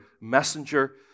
messenger